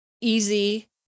easy